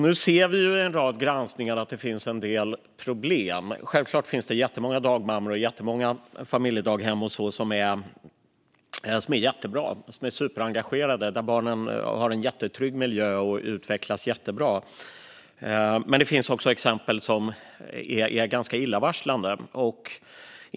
Nu ser vi i en rad granskningar att det finns en del problem. Självklart finns det jättemånga dagmammor och familjedaghem som är jättebra, som är superengagerade och där barnen har en trygg miljö och utvecklas jättebra. Men det finns också exempel som är ganska illavarslande.